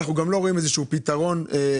אנחנו גם לא רואים באופק איזשהו פתרון כולל